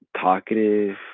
talkative